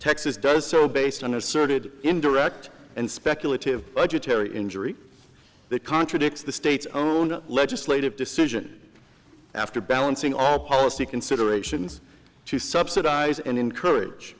texas does so based on asserted indirect and speculative budgetary injury that contradicts the state's own legislative decision after balancing our policy considerations to subsidize and encourage